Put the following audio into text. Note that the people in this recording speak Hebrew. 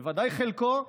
ובוודאי חלקו,